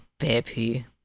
Baby